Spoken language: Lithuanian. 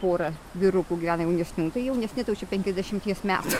pora vyrukų gyvena jaunesnių jaunesni tai jau čia penkiasdešimties metų